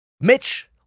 Mitch